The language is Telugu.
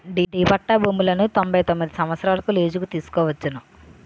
డి పట్టా భూములను తొంభై తొమ్మిది సంవత్సరాలకు లీజుకు తీసుకోవచ్చును